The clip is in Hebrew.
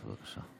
בבקשה.